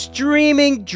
Streaming